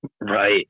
Right